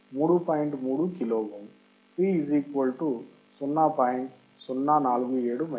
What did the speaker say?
3 kilo ohm C 0